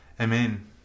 Amen